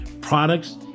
products